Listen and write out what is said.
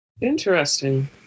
Interesting